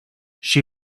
she